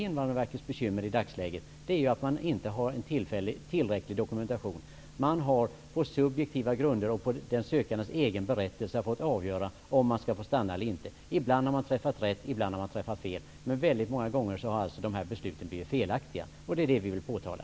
Invandrarverkets bekymmer i dagsläget är att det inte finns en tillräcklig dokumentation. Invandrarverket får avgöra om den sökande skall få stanna eller inte på subjektiva grunder och på den sökandes egna berättelser. Ibland har verket träffat rätt, ibland fel. Väldigt många gånger har besluten blivit felaktiga. Det är detta vi vill påtala.